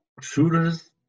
Shooters